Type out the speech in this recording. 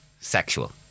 sexual